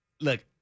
look